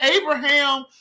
Abraham